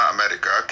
America